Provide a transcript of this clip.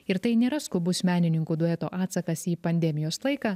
ir tai nėra skubus menininkų dueto atsakas į pandemijos laiką